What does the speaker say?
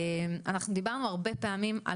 אנחנו דיברנו הרבה מאוד פעמים על